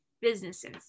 businesses